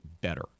better